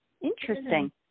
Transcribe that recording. Interesting